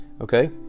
okay